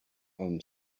own